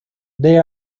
they